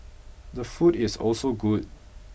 the food is also good